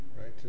right